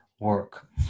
work